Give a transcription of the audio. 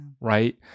right